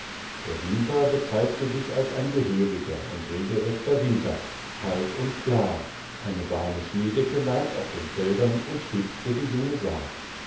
der winter bezeigte sich als ein gehöriger und regelrechter winter kalt und klar eine warme schneedecke lag auf den feldern und schützte die junge saat